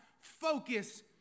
focus